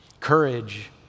Courage